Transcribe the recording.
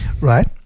Right